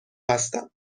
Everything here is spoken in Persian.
هستم